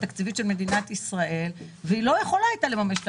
התקציבית של מדינת ישראל אבל לא יכלה לעשות את